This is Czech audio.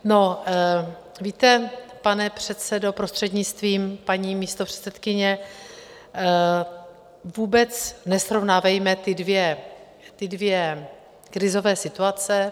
No víte, pane předsedo, prostřednictvím paní místopředsedkyně, vůbec nesrovnávejme ty dvě krizové situace.